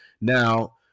Now